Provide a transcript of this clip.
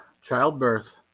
childbirth